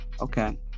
Okay